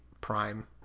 prime